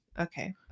Okay